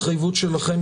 בהתאם לצורך,